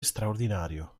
straordinario